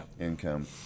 income